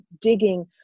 digging